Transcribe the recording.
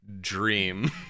Dream